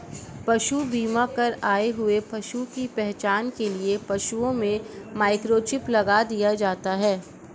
पशु बीमा कर आए हुए पशु की पहचान के लिए पशुओं में माइक्रोचिप लगा दिया जाता है